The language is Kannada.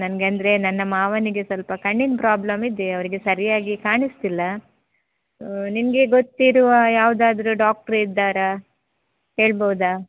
ನನಗಂದ್ರೆ ನನ್ನ ಮಾವನಿಗೆ ಸ್ವಲ್ಪ ಕಣ್ಣಿನ ಪ್ರಾಬ್ಲಮ್ ಇದೆ ಅವರಿಗೆ ಸರಿಯಾಗಿ ಕಾಣಿಸ್ತಿಲ್ಲ ನಿನಗೆ ಗೊತ್ತಿರುವ ಯಾವುದಾದ್ರು ಡಾಕ್ಟ್ರು ಇದ್ದಾರಾ ಹೇಳ್ಬೋದಾ